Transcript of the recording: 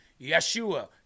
Yeshua